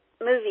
Movie